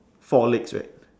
four legs right